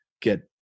get